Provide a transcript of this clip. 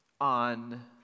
on